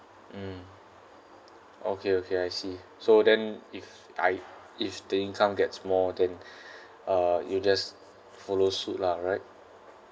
mm okay okay I see so then if I if the income gets more then uh it'll just follow suit lah right